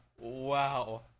Wow